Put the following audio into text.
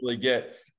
get